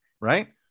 right